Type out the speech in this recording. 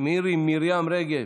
מירי מרים רגב,